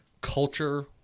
culture